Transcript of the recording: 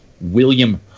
William